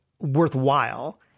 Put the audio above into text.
worthwhile